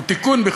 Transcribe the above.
הוא תיקון,